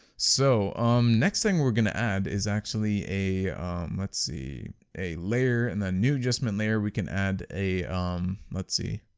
so um next thing we're going to add is actually a let's see a layer and new adjustment layer. we can add a let's see